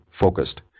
focused